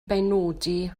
benodi